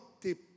tip